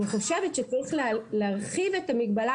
אני חושבת שצריך להרחיב את המגבלה,